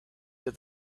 did